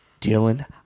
Dylan